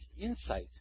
insight